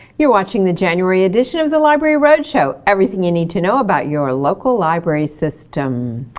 you're watching the january edition of the library road show, everything you need to know about your local library system.